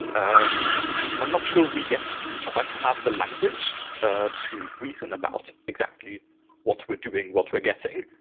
um i'm not sure we yet quite have the language to reason about exactly what we're doing, what we're getting.